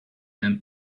them